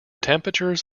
temperatures